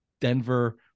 Denver